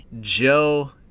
Joe